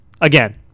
Again